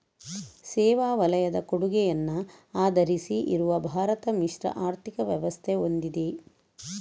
ಸೇವಾ ವಲಯದ ಕೊಡುಗೆಯನ್ನ ಆಧರಿಸಿ ಇರುವ ಭಾರತ ಮಿಶ್ರ ಆರ್ಥಿಕ ವ್ಯವಸ್ಥೆ ಹೊಂದಿದೆ